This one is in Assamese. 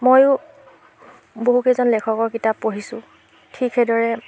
ময়ো বহুকেইজন লেখকৰ কিতাপ পঢ়িছোঁ ঠিক সেইদৰে